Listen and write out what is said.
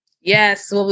Yes